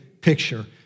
picture